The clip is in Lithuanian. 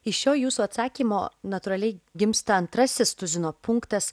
iš šio jūsų atsakymo natūraliai gimsta antrasis tuzino punktas